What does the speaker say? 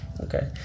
Okay